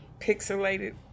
pixelated